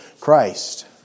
Christ